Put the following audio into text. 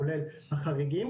כולל החריגים,